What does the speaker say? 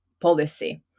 policy